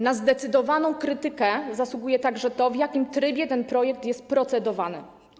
Na zdecydowaną krytykę zasługuje także to, w jakim trybie ten projekt jest procedowany.